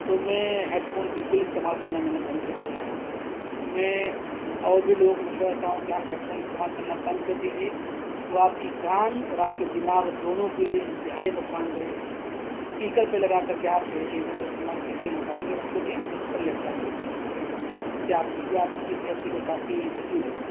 تو میں headphone بالکل استعمال کرنا میں نے بند کر دیا ہے میں اور بھی لوگوں کو مشورہ دیتا ہوں کہ آپ ہیڈ فون استعمال کرنا بند کر دیجیے وہ آپ کی کان اور آپ کے دماغ دونوں کے لیے انتہائی نقصان دہ ہے اسپیکر پہ لگا کر کے آپ جو ہے چیزوں کو استعمال کیجیے موبائل پہ کو بھی اور لیپ ٹاپ کو بھی اِس سے آپ یہ آپ کی صحت کے لیے کافی مفید ہوگا